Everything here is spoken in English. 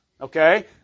okay